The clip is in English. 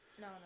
No